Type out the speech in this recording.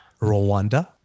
Rwanda